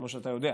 כמו שאתה יודע,